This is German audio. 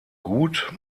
gut